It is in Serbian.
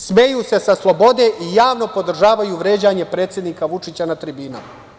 Smeju se sa slobode i javno podržavaju vređanje predsednika Vučića na tribinama.